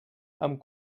amb